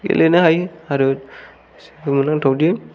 गेलेनो हायो आरो सोमोनांथावदि